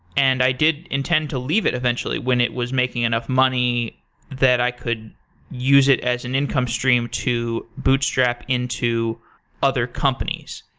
and i did intend to leave it eventually when it was making enough money that i could use it as an income stream to bootstrap into other companies.